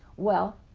well,